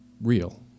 real